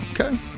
Okay